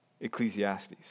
Ecclesiastes